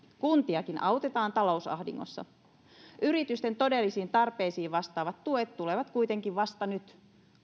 kuntiakin autetaan talousahdingossa yritysten todellisiin tarpeisiin vastaavat tuet tulevat kuitenkin vasta nyt